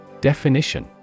Definition